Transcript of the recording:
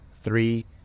three